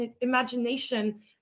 imagination